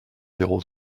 zéro